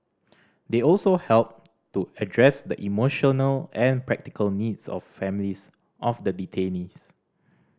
they also helped to address the emotional and practical needs of families of the detainees